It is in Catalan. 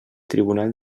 tribunal